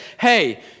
hey